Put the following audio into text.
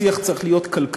השיח צריך להיות כלכלי-חברתי.